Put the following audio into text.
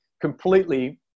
completely